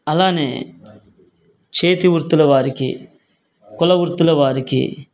అలానే చేతి వృత్తుల వారికి కులవృత్తుల వారికి